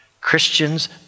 Christians